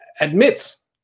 admits